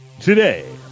Today